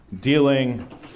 dealing